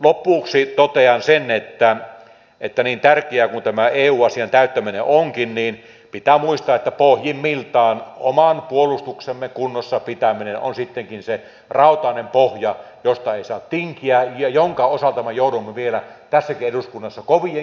lopuksi totean sen että niin tärkeä kuin tämä eu asian täyttäminen onkin niin pitää muistaa että pohjimmiltaan oman puolustuksemme kunnossa pitäminen on sittenkin se rautainen pohja josta ei saa tinkiä ja jonka osalta me joudumme vielä tässäkin eduskunnassa kovien keskustelujen eteen